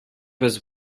was